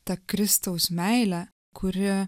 ta kristaus meilė kuri